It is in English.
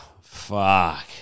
Fuck